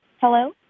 Hello